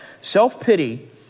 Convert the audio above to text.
Self-pity